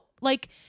like-